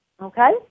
okay